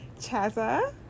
Chaza